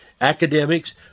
academics